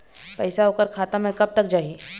पैसा ओकर खाता म कब तक जाही?